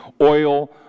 oil